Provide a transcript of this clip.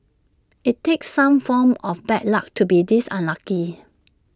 IT takes some form of bad luck to be this unlucky